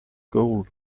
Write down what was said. goal